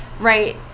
right